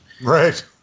Right